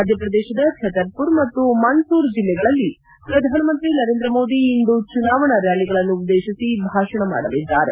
ಮಧ್ಯಪ್ರದೇಶದ ಛತರ್ಮರ್ ಮತ್ತು ಮಂಡ್ಲೂರ್ ಜಿಲ್ಲೆಗಳಲ್ಲಿ ಪ್ರಧಾನ ಮಂತ್ರಿ ನರೇಂದ್ರ ಮೋದಿ ಇಂದು ಚುನಾವಣಾ ರ್ನಾಲಿಗಳನ್ನು ಉದ್ಲೇತಿಸಿ ಭಾಷಣ ಮಾಡಲಿದ್ದಾರೆ